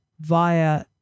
via